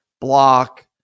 block